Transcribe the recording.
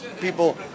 People